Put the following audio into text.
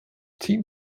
team